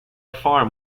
farm